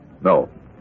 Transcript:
No